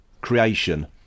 creation